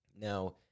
Now